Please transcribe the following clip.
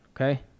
okay